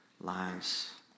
lives